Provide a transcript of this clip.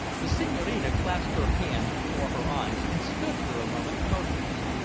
the senhorina clasped her hands before her eyes, and stood for a moment motionless,